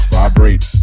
Vibrate